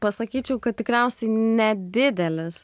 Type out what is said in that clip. pasakyčiau kad tikriausiai nedidelis